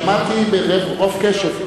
שמעתי ברוב קשב.